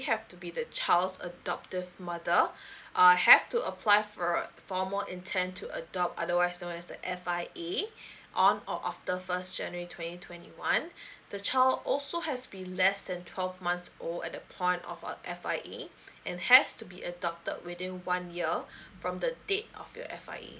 have to be the child's adoptive mother uh I have to apply for uh formal intent to adopt otherwise known as the F_I_A on or after the first january twenty twenty one the child also has be less than twelve months old at the point of F_I_A and has to be adopted within one year from the date of your F_I_A